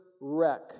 wreck